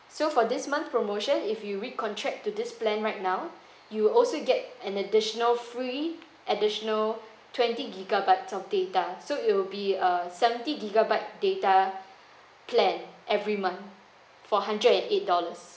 so for this month promotion if you re-contract to this plan right now you will also get an additional free additional twenty gigabytes of data so it will be a seventy gigabyte data plan every month for hundred and eight dollars